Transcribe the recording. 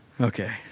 Okay